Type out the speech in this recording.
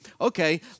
okay